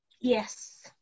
Yes